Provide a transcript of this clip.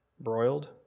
broiled